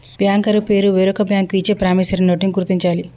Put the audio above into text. banker పేరు వేరొక bank ఇచ్చే ప్రామిసరీ నోటుని గుర్తించాలి